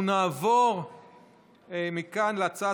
אני קובע שהצעת